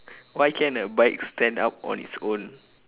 why can't a bike stand up on its own